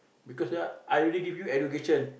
because ya I already give you education